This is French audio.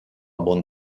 bon